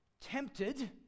tempted